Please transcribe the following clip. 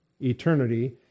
eternity